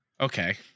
Okay